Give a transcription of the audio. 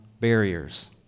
barriers